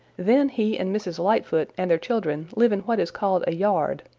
then he and mrs. lightfoot and their children live in what is called a yard.